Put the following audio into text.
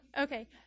okay